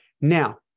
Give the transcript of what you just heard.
Now